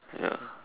ya